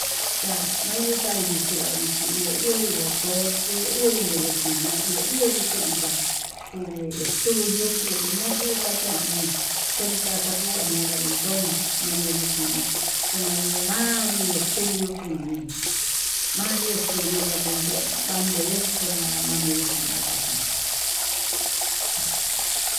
Cha'a mayuta nivichí vaí chi ihó ihó ivotorki iho iho hí medicina, ihó ihó nitonxá kuuve estudío kuvee kuña kuu kantoí chonrikaxa kakuu vayán veen, ndón ña'a medicina kuña'a yon ma'á hi estudió kuni vario estudió vachenchon van eresto ma'a medicina kachí.